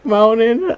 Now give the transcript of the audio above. Mountain